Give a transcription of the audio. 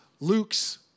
Luke's